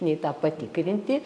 nei tą patikrinti